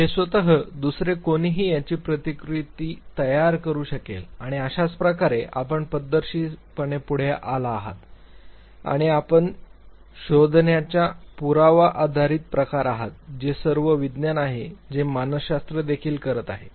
हे स्वत दुसरे कोणीही त्याची प्रतिकृती तयार करू शकेल आणि अशाच प्रकारे आपण पद्धतशीरपणे पुढे आला आहात आणि शोधण्याच्या पुरावा आधारित प्रकार आहात हे असे सर्व विज्ञान आहे जे मानसशास्त्र देखील करत आहे